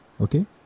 Okay